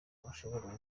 ashobora